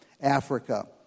Africa